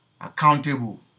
accountable